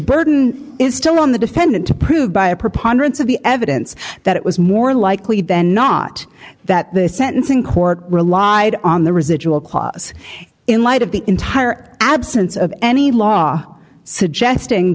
burden is still on the defendant to prove by a preponderance of the evidence that it was more likely than not that the sentencing court relied on the residual clause in light of the entire absence of any law suggesting